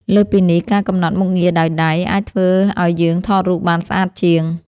លើសពីនេះ ការកំណត់មុខងារដោយដៃ អាចធ្វើឱ្យយើងថតរូបបានស្អាតជាង។